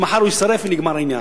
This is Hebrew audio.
שמחר הוא יישרף ונגמר העניין.